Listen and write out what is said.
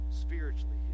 spiritually